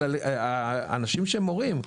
אלא האנשים שהם מורים,